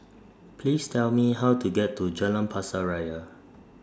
Please Tell Me How to get to Jalan Pasir Ria